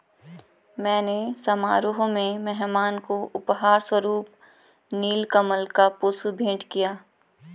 मैंने समारोह में मेहमान को उपहार स्वरुप नील कमल का पुष्प भेंट किया